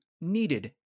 needed